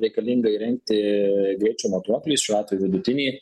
reikalinga įrengti greičio matuoklį šiuo atveju vidutinį